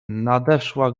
nadeszła